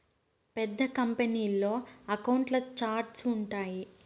పెద్ద కంపెనీల్లో అకౌంట్ల ఛార్ట్స్ ఉంటాయి